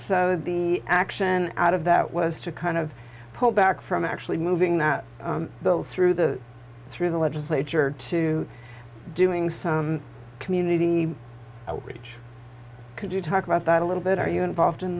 so the action out of that was to kind of pull back from actually moving that bill through the through the legislature to doing some community outreach could you talk about that a little bit are you involved in